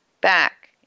back